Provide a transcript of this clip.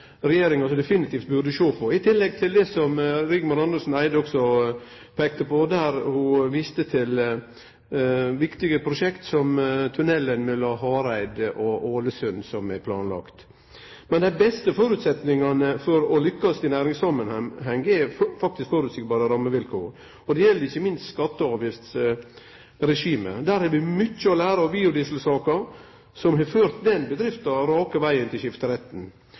regjeringa definitivt burde sjå på, i tillegg til det som Rigmor Andersen Eide òg peikte på. Ho viste til viktige prosjekt, som den planlagde tunnelen mellom Hareid og Ålesund. Men dei beste føresetnadene for å lykkast i næringssamanheng er faktisk føreseielege rammevilkår. Det gjeld ikkje minst skatte- og avgiftsregimet. Der har vi mykje å lære av biodieselsaka, som har ført bedrifter rake vegen til skifteretten.